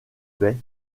baies